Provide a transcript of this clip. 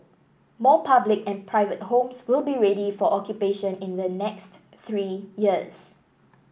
more public and private homes will be ready for occupation in the next three years